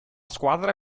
squadra